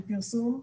בפרסום,